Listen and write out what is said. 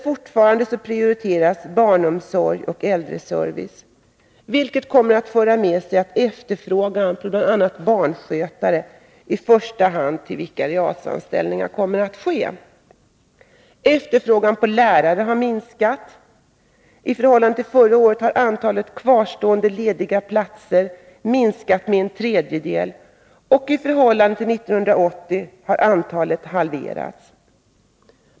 Fortfarande prioriteras emellertid barnomsorg och äldreservice, vilket kommer att föra med sig en efterfrågan på bl.a. barnskötare — i första hand tills vikariatanställningar blir aktuella. Efterfrågan på lärare har minskat. I förhållande till förra året har antalet kvarstående lediga platser minskat med en tredjedel, och i förhållande till 1980 har antalet halverats.